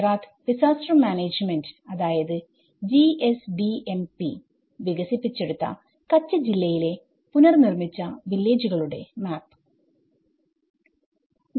Gujarat disaster management അതായത് GSDMP വികസിപ്പിച്ചെടുത്ത കച്ച് ജില്ലയിലെ പുനർനിർമ്മിച്ച വില്ലേജുകളുടെ മാപ്